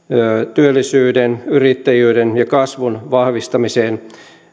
työllisyyden yrittäjyyden ja kasvun vahvistamiseen